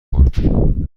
خورد